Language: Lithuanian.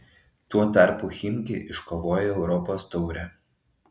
tuo tarpu chimki iškovojo europos taurę